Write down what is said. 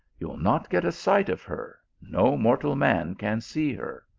you ll not get a sight of her, no mortal man can see her.